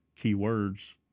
keywords